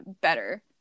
better